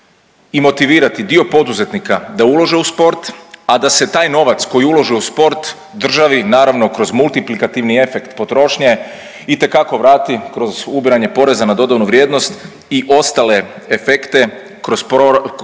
i motivirati dio poduzetnika da ulože u sport, a da se taj novac koji ulože u sport državi naravno kroz multiplikativni efekt potrošnje itekako vrati kroz ubiranje poreza na dodanu vrijednost i ostale efekte kroz poreze